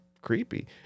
creepy